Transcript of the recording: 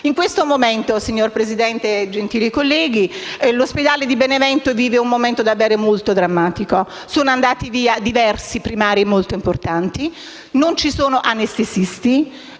ospedaliero. Signor Presidente, gentili colleghi, in questo momento l'ospedale di Benevento vive un momento davvero molto drammatico. Sono andati via diversi primari molto importanti e non ci sono anestesisti.